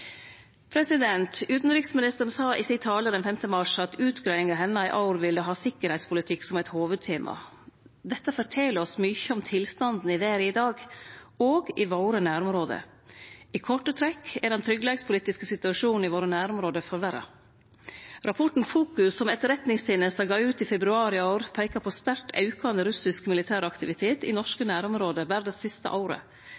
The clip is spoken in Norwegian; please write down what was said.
Utanriksministeren sa i tala si den 5. mars at utgreiinga hennar i år ville ha sikkerheitspolitikk som eit hovudtema. Dette fortel oss mykje om tilstanden i verda i dag, òg i våre nærområde. I korte trekk er den tryggleikspolitiske situasjonen i nærområda våre forverra. Rapporten Fokus som Etterretningstenesta gav ut i februar i år, peiker på sterkt aukande russisk militær aktivitet i